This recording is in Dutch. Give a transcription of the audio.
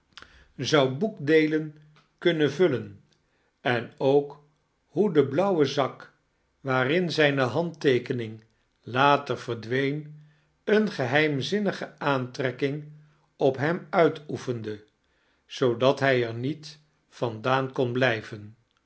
zou boekdeelen kunnen vullen en ook hoe de blauwe zak waarin zijne handteekening later verdween eenie geheimzinnige aantrekking op hem udtoefende zoodat hij er niet vandaan kon blijven